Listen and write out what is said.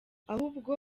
ahubwo